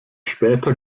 später